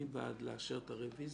מי בעד לאשר את הרביזיה?